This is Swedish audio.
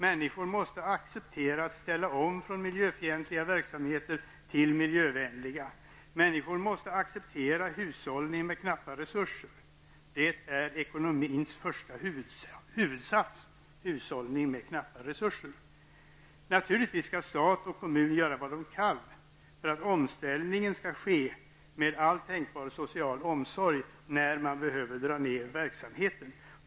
Människor måste acceptera att ställa om från miljöfientliga verksamheter till miljövänliga. Människor måste acceptera hushållning med knappa resurser, det är ekonomins första huvudsats. Naturligtvis skall stat och kommun göra vad de kan för att omställningen skall ske med all tänkbar social omsorg när det är nödvändigt att minska ner på verksamheten.